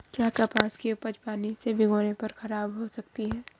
क्या कपास की उपज पानी से भीगने पर खराब हो सकती है?